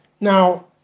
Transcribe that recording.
Now